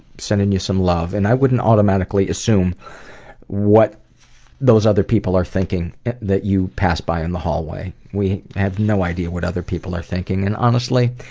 sending you some love. and i wouldn't automatically assume what those other people are thinking that you pass by in the hallway. we have no idea what other people are thinking and, honestly,